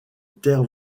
terres